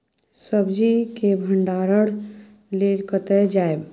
सब्जी के भंडारणक लेल कतय जायब?